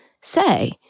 say